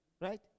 Right